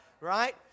Right